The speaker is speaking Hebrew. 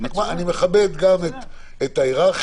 אני מכבד גם את ההיררכיות,